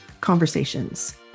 Conversations